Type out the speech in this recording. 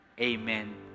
Amen